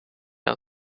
out